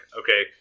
okay